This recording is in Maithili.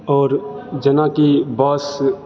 आओर जेनकि बस